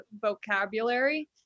vocabulary